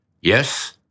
Yes